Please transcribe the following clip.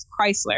Chrysler